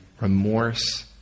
remorse